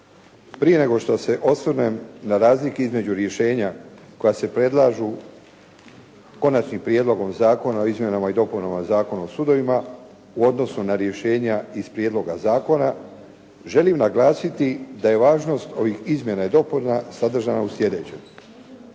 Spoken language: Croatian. Prije nego što se osvrnem na razlike između rješenja koja se predlažu Konačnim prijedlogom zakona o izmjenama i dopunama Zakona o sudovima u odnosu na rješenja iz prijedloga zakona želim naglasiti da je važnost ovih izmjena i dopuna sadržana u slijedećem.